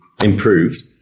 improved